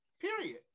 period